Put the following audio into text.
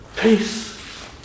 Peace